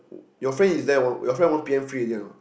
your friend is there one your friend one p_M free already or not